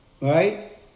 right